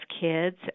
kids